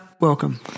welcome